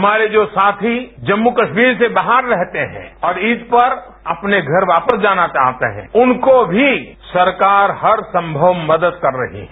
हमारे जो साथी जम्मू कश्मीर से बाहर रहते हैं और ईद पर अपने घर वापस जाना चाहते हैं उनको भी सरकार हर संभव मदद कर रही है